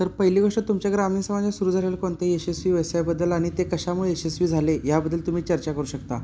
तर पहिली गोष्ट तुमच्या ग्रामीण समाजात सुरू झालेलं कोणत्याही यशस्वी व्यवसायाबद्दल आणि ते कशामुळे यशस्वी झाले ह्याबद्दल तुम्ही चर्चा करू शकता